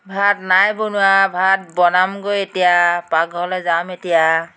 ভাত নাই বনোৱা ভাত বনামগৈ এতিয়া পাকঘৰলৈ যাম এতিয়া